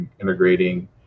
integrating